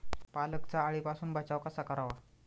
पालकचा अळीपासून बचाव कसा करावा?